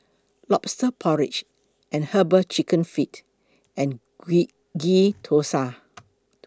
Lobster Porridge and Herbal Chicken Feet and Ghee Thosai